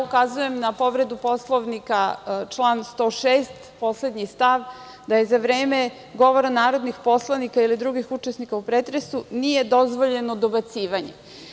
Ukazujem na povredu Poslovnika, član 106. poslednji stav, da za vreme govora narodnih poslanika ili drugih učesnika u pretresu nije dozvoljeno dobacivanje.